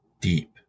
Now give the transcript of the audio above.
deep